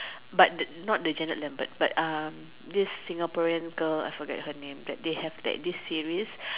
but the not the Janet Lambert but um this Singaporean girl I forget her name that they have that this series